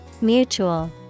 Mutual